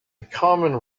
common